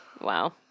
wow